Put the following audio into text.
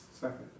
second